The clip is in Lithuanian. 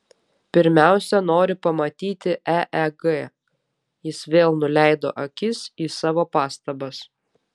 pirmiausia nori pamatyti eeg jis vėl nuleido akis į savo pastabas